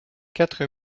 quatre